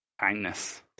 Kindness